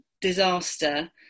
disaster